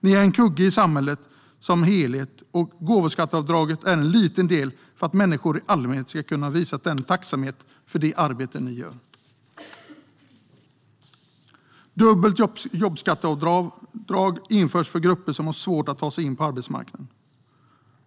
Ni är en kugge i samhället som helhet, och gåvoskatteavdraget är en liten del för att människor i allmänhet ska kunna visa tacksamhet för det arbete ni gör. Dubbelt jobbskatteavdrag införs för grupper som har svårt att ta sig in på arbetsmarknaden.